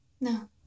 no